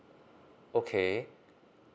okay